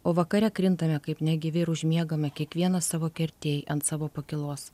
o vakare krintame kaip negyvi ir užmiegame kiekvienas savo kertėj ant savo pakylos